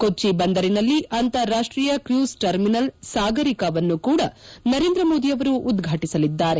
ಕೊಟ್ಟ ಬಂದರಿನಲ್ಲಿ ಅಂತಾರಾಷ್ವೀಯ ಕ್ರೂಸ್ ಟ್ರರ್ಮಿನಲ್ ಸಾಗರಿಕ ವನ್ನು ಕೂಡ ನರೇಂದ್ರ ಮೋದಿ ಅವರು ಉದ್ವಾಟಸಲಿದ್ದಾರೆ